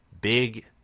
Big